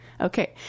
okay